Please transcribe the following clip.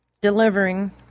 delivering